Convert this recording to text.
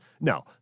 No